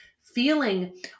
feeling